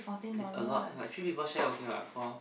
it's a lot like three people share okay lah for